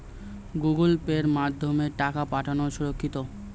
Google পের মাধ্যমে টাকা পাঠানোকে সুরক্ষিত?